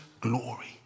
glory